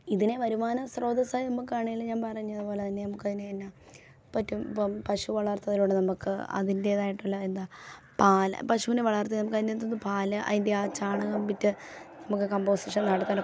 ഇതിനെ വരുമാന സ്രോതാസായി നമ്മക്ക് ആണെങ്കിലും ഞാൻ പറഞ്ഞതു പോലെ തന്നെ നമുക്ക് അതിനെ എന്നാൽ പറ്റും ഇപ്പം പശു വളർത്തുന്നതിലൂടെ നമുക്ക് അതിൻ്റേതായിട്ടുള്ള എന്താണ് പാൽ പശുവിനെ വളർത്തി നമുക്ക് അതിന് അകത്ത് നിന്ന് പാൽ അതിൻ്റെ ആ ചാണകം വിറ്റ് നമുക്ക് കമ്പോസിഷൻ നടത്തണം